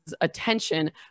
attention